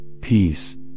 peace